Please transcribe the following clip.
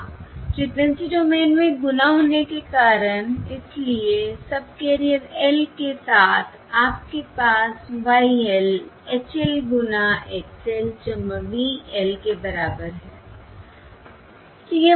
हाँ frequency domain में गुणा होने के कारण इसलिए सबकेरियर L के साथ आपके पास Y L H L गुणा X L V L के बराबर है